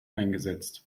eingesetzt